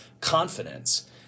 confidence